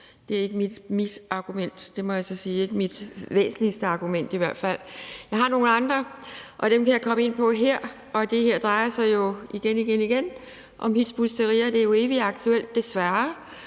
Det er ikke mit argument; det må jeg så sige, ikke mit væsentligste argument i hvert fald. Jeg har nogle andre, og dem vil jeg komme ind på her. Det her drejer sig jo igen igen om Hizb ut-Tahrir. Det er jo evigt aktuelt, desværre,